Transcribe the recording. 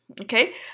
Okay